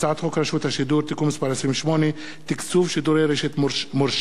הצעת חוק רשות השידור (תיקון מס' 28) (תקצוב שידורי רשת מורשת),